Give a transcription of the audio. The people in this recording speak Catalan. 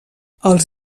els